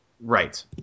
Right